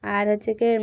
আর হচ্ছে কি